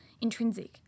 intrinsic